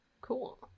Cool